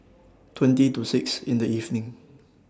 twenty to six in The evening